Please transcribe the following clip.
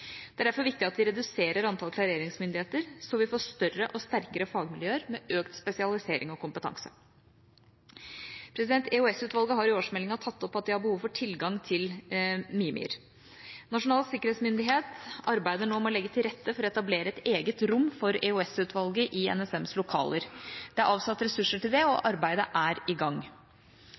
Det er derfor viktig at vi reduserer antallet klareringsmyndigheter, slik at vi får færre og sterkere fagmyndigheter med økt spesialisering og kompetanse. EOS-utvalget har i årsmeldinga tatt opp at de har behov for tilgang til Mimir. Nasjonal sikkerhetsmyndighet arbeider nå med å legge til rette for å etablere et eget rom for EOS-utvalget i NSMs lokaler. Det er avsatt ressurser til det, og